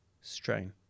strain